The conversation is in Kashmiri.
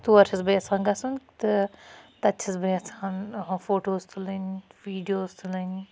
تور چھَس بہٕ یَژھان گَژھُن تہٕ تَتہِ چھَس بہٕ یَژھان فوٹوز تُلٕنۍ ویٖڈیوز تُلٕنۍ